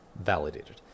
validated